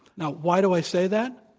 now, why do i say that?